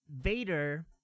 Vader